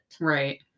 Right